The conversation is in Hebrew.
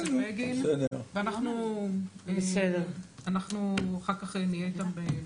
בגין ואנחנו אחר כך נהיה איתם בקשר.